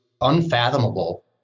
unfathomable